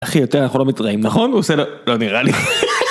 אחי יותר אנחנו לא מתראים, נכון? הוא עושה, לא נראה לי.